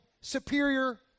superior